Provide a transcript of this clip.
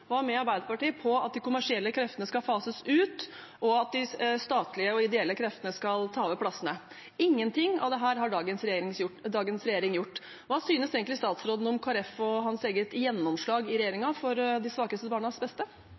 var med Arbeiderpartiet på at de kommersielle kreftene skal fases ut, og at de statlige og ideelle kreftene skal ta over plassene. Ingenting av dette har dagens regjering gjort. Hva synes egentlig statsråden om Kristelig Folkeparti og hans eget gjennomslag i regjeringen for de svakeste barnas beste?